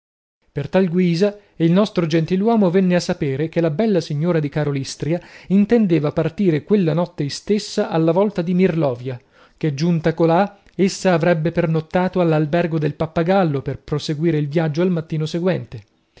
per tal guisa il nostro gentiluomo venne a sapere che la bella signora di karolystria intendeva partire quella notte istessa alla volta di mirlovia che giunta colà essa avrebbe pernottato all'albergo del pappagallo per proseguire il viaggio al mattino seguente